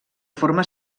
forma